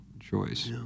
choice